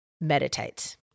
meditate